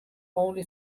only